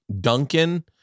duncan